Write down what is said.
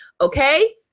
okay